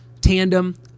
tandem